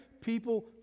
people